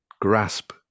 grasp